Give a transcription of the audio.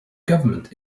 government